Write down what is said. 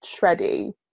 shreddy